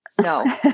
No